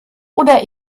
oder